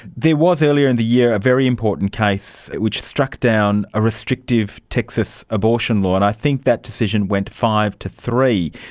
there was earlier in the year a very important case which struck down a restrictive texas abortion law, and i think that decision went five to three.